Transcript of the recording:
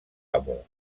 amo